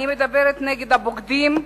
אני מדברת נגד הבוגדים,